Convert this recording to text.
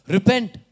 Repent